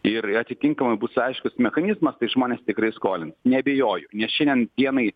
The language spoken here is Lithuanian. ir atitinkamai bus aiškus mechanizmas tai žmonės tikrai skolins neabejoju nes šiandien dienai